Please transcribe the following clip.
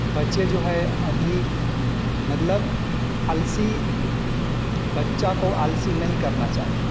बच्चे जो है अभी मतलब अलसी बच्चों को आलसी नहीं करना चाहिए